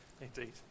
indeed